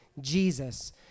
Jesus